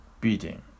beating